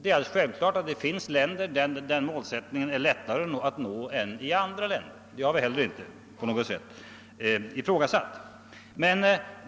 Alldeles självklart är att det finns länder där målsättningen är lättare att nå än i andra länder — det har vi heller inte på något sätt ifrågasatt.